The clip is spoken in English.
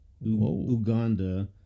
Uganda